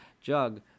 jug